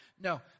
No